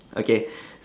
okay